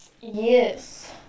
Yes